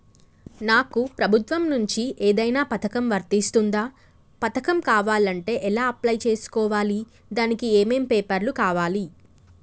నాకు ప్రభుత్వం నుంచి ఏదైనా పథకం వర్తిస్తుందా? పథకం కావాలంటే ఎలా అప్లై చేసుకోవాలి? దానికి ఏమేం పేపర్లు కావాలి?